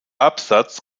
absatz